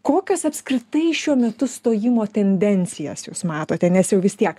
kokios apskritai šiuo metu stojimo tendencijas jūs matote nes jau vis tiek